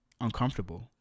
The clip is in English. uncomfortable